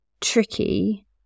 tricky